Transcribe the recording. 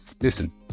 listen